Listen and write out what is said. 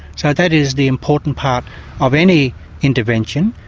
so that is the important part of any intervention,